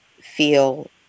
feel